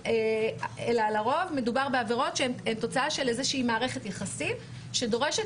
אלא לרוב מדובר בעבירות שהן כתוצאות של איזושהי מערכת יחסים שדורשת